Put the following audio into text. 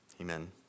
Amen